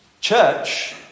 Church